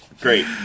Great